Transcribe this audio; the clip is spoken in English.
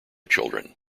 children